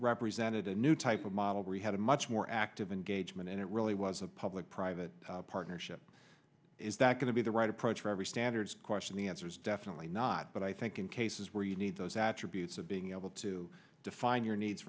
represented a new type of model where we had a much more active engagement and it really was a public private partnership is that going to be the right approach for every standards question the answer is definitely not but i think in cases where you need those attributes of being able to define your needs